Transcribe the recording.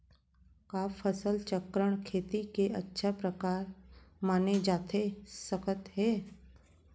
का फसल चक्रण, खेती के अच्छा प्रकार माने जाथे सकत हे?